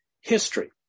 history